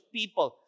people